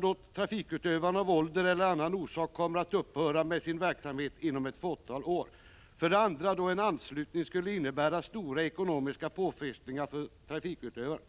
Då trafikutövaren av ålder eller annan orsak kommer att upphöra med sin verksamhet inom ett fåtal år 2. Då en anslutning skulle innebära stora ekonomiska påfrestningar för trafikutövaren